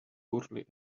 poorly